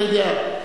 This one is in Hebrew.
אתה יודע,